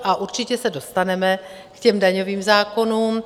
A určitě se dostaneme k těm daňovým zákonům.